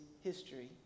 history